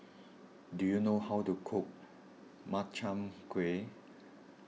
do you know how to cook Makchang Gui